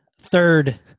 third